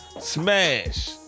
Smash